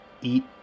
eat